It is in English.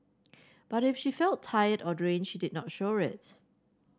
but if she felt tired or drained she did not show it